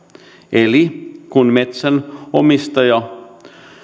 eli kun metsän omistaja